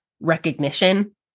recognition